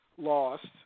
lost